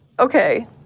Okay